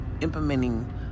implementing